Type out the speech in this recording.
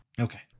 Okay